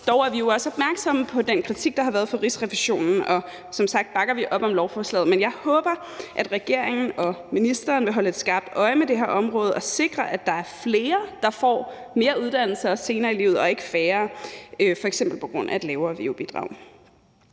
også opmærksomme på den kritik, der har været fra Rigsrevisionen. Som sagt bakker vi op om lovforslaget, men jeg håber, at regeringen og ministeren vil holde et skarpt øje med det her område og sikre, at der er flere, der får mere uddannelse også senere i livet, og ikke færre, f.eks. på grund af et lavere veu-bidrag.